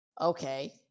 okay